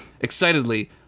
Excitedly